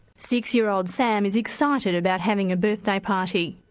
six year old sam is excited about having a birthday party.